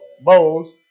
bowls